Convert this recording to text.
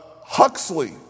Huxley